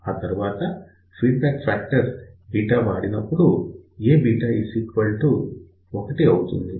ఆ తర్వాత feedback factor β వాడినప్పుడు Aβ 1 అవుతుంది